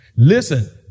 Listen